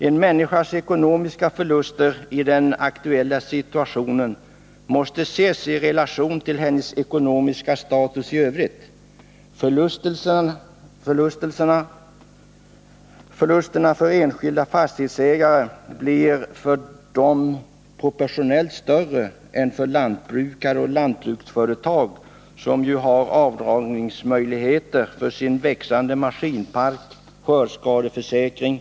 En människas ekonomiska förluster i den aktuella situationen måste ses i relation till hennes ekonomiska status i övrigt. Förlusterna för enskilda fastighetsägare blir proportionellt större än för lantbrukare och lantbruksföretag, som ju har möjligheter att göra avdrag för sin växande maskinpark och sin skördeskadeförsäkring.